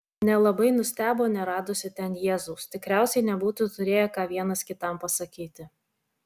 nelabai nustebo neradusi ten jėzaus tikriausiai nebūtų turėję ką vienas kitam pasakyti